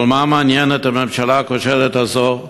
אבל מה מעניין את הממשלה הכושלת הזאת?